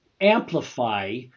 amplify